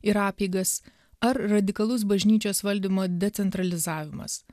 ir apeigas ar radikalus bažnyčios valdymo decentralizavimas